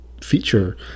feature